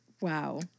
wow